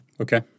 Okay